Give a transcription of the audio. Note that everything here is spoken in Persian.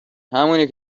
همونی